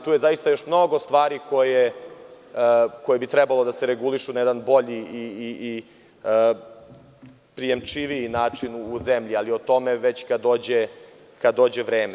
Tu je zaista još mnogo stvari koje bi trebalo da se regulišu na jedan bolji i prijemčiviji način u zemlji, ali o tome ćemo kada dođe vreme.